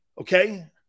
Okay